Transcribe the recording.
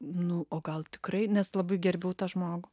nu o gal tikrai nes labai gerbiau tą žmogų